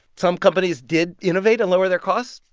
some companies did innovate and lower their costs.